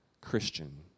Christian